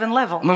level